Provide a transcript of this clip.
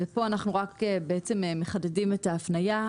כאן אנחנו רק מחדדים את ההפניה.